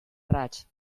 raig